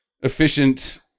efficient